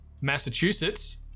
Massachusetts